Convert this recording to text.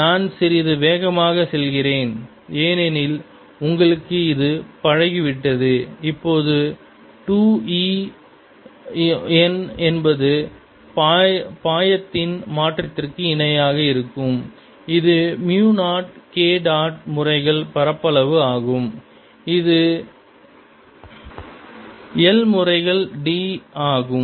நான் சிறிது வேகமாக செல்கிறேன் ஏனெனில் உங்களுக்கு இது பழகி விட்டது இப்பொழுது 2 E I என்பது பாயத்தின் மாற்றத்திற்கு இணையாக இருக்கும் இது மியூ 0 K டாட் முறைகள் பரப்பளவு ஆகும் இது I முறைகள் d ஆகும்